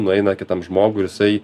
nueina kitam žmogui ir jisai